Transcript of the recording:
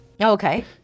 Okay